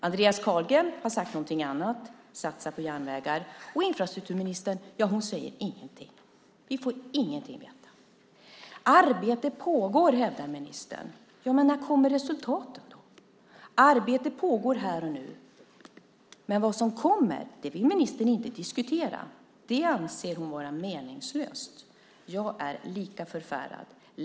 Andreas Carlgren har sagt någonting annat: Satsa på järnvägar. Och infrastrukturministern säger ingenting. Vi får ingenting veta. Arbete pågår, hävdar ministern. Ja, men när kommer då resultatet? Arbete pågår här och nu, men vad som kommer vill ministern inte diskutera. Det anser hon vara meningslöst. Jag är lika förfärad.